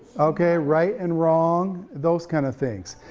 okay, right and wrong, those kinda things.